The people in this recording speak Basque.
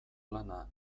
lana